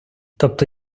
тобто